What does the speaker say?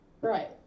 Right